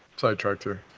sidetracked here.